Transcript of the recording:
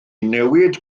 newid